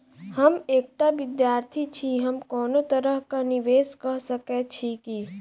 हम एकटा विधार्थी छी, हम कोनो तरह कऽ निवेश कऽ सकय छी की?